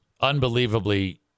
unbelievably